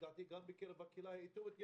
ולדעתי גם בקרב הקהילה האתיופית,